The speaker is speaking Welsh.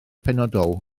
penodol